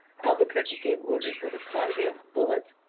albuquerque gave orders that a quantity of bullets,